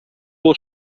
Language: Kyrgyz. бул